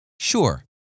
Sure